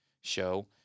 show